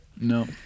no